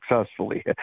successfully